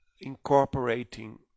incorporating